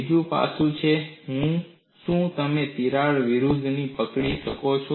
બીજું પાસું છે શું તમે તિરાડ વૃધ્ધિને પકડી શકો છો